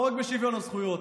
לא רק בשוויון הזכויות,